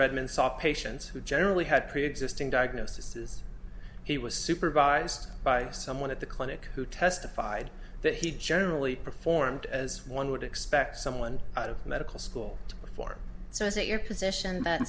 redmond saw patients who generally had preexisting diagnosis he was supervised by someone at the clinic who testified that he generally performed as one would expect someone out of medical school before so is it your position that